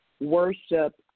worship